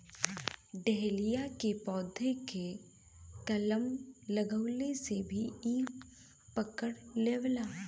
dahlia के पौधा के कलम लगवले से भी इ पकड़ लेवला